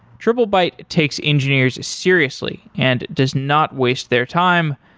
triplebyte takes engineers seriously and does not waste their time,